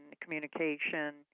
communication